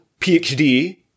PhD